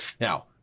Now